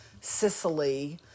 Sicily